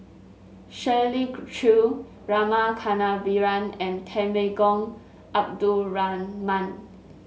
Shirley Chew Rama Kannabiran and Temenggong Abdul Rahman